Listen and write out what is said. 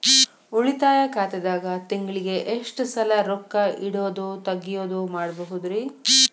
ಉಳಿತಾಯ ಖಾತೆದಾಗ ತಿಂಗಳಿಗೆ ಎಷ್ಟ ಸಲ ರೊಕ್ಕ ಇಡೋದು, ತಗ್ಯೊದು ಮಾಡಬಹುದ್ರಿ?